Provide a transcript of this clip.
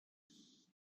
yes